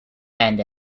and